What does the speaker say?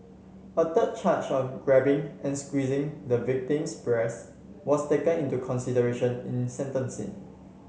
a third charge of grabbing and squeezing the victim's breasts was taken into consideration in sentencing